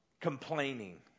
Complaining